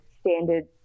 standard